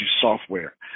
software